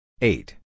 eight